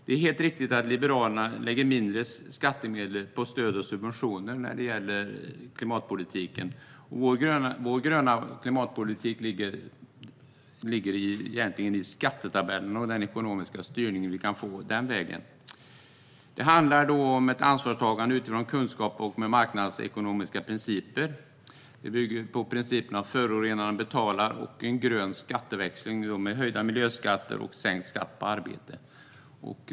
Det är helt riktigt att Liberalerna lägger mindre skattemedel på stöd och subventioner när det gäller klimatpolitiken. Vår gröna klimatpolitik ligger egentligen i skattetabellen och i den ekonomiska styrning som vi kan få den vägen. Det handlar om ett ansvarstagande utifrån kunskap och marknadsekonomiska principer. Det bygger på principen att förorenaren betalar och på en grön skatteväxling med höjda miljöskatter och sänkt skatt på arbete.